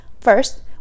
First